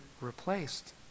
replaced